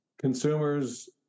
consumers